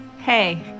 Hey